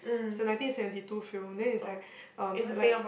it's a nineteen seventy two film then it's like um like